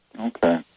Okay